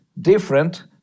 different